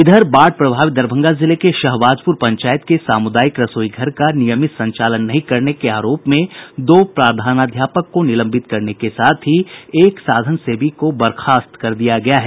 इधर बाढ़ प्रभावित दरभंगा जिले के शहबाजपुर पंचायत में सामुदायिक रसोईघर का नियमित संचालन नहीं करने के आरोप में दो प्रधानाध्यापक को निलंबित करने के साथ ही एक साधानसेवी को बर्खास्त कर दिया गया है